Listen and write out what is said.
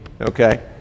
Okay